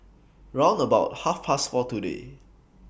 round about Half Past four today